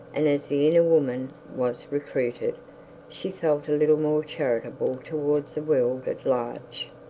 and as the inner woman was recruited she felt a little more charitable towards the world at large.